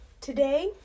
today